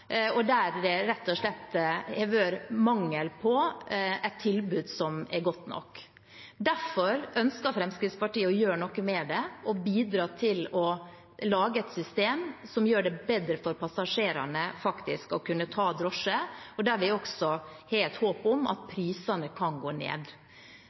og der det rett og slett har vært mangel på et tilbud som er godt nok. Derfor ønsker Fremskrittspartiet å gjøre noe med det og bidra til å lage et system som faktisk gjør det bedre for passasjerene å kunne ta drosje, og der vi også har et håp om at